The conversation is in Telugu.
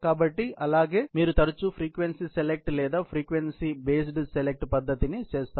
కాబట్టి అలాగా మీరు తరచూ ఫ్రీక్వెన్సీ సెలెక్ట్ లేదా ఫ్రీక్వెన్సీ బేస్డ్ సెలెక్ట్ పద్ధతిని చేస్తారు